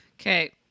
Okay